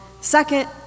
second